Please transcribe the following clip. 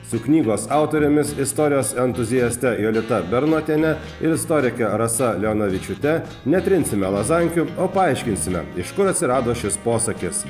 su knygos autorėmis istorijos entuziaste jolita bernotiene ir istorike rasa leonavičiūte netrinsime lazankių o paaiškinsime iš kur atsirado šis posakis